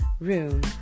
room